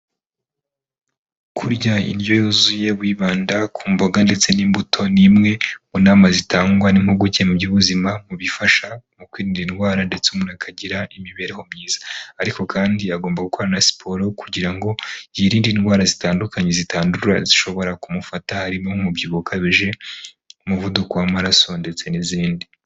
Kurya indyo yuzuye w’ibanda ku mboga ndetse n'imbuto n’imwe mu nama zitangwa n'imuguke mu by'ubuzima mubifasha mu kwirinda indwara ndetse umuntu akagira imibereho myiza ariko kandi agomba gukora na siporo kugira ngo yirinde indwara zitandukanye zitandura zishobora kumufata harimo' umubyibuho ukabije , umuvuduko w'amaraso ndetse n'izindi.